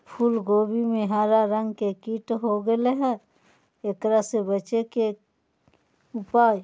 फूल कोबी में हरा रंग के कीट हो गेलै हैं, एकरा से बचे के उपाय?